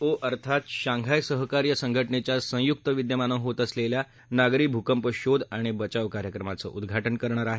ओ अर्थात शांघाय सहकार्य संघटनेच्या संयुक्त विद्यमाने होत असलेल्या नागरी भूकंप शोध आणि बचाव कार्यक्रमाचं उद्घाटन करणार आहेत